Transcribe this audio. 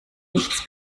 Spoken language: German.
nichts